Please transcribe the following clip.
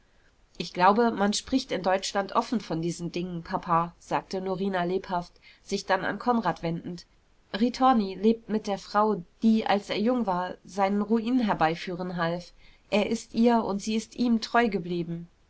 ich glaube man spricht in deutschland offen von diesen dingen papa sagte norina lebhaft sich dann an konrad wendend ritorni lebt mit der frau die als er jung war seinen ruin herbeiführen half er ist ihr und sie ihm treu geblieben